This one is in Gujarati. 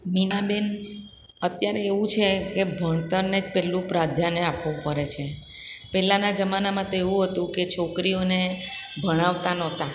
મીનાબેન અત્યારે એવું છે કે ભણતરને જ પહેલું પ્રાધાન્ય આપવું પડે છે પહેલાંના જમાનામાં તો એવું હતું કે છોકરીઓને ભણાવતાં નહોતા